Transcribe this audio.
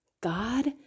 God